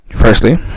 firstly